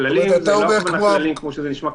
הכללים שלנו זה לא כללים רגילים כמו שזה נשמע,